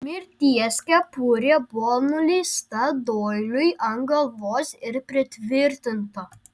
mirties kepurė buvo nuleista doiliui ant galvos ir pritvirtinta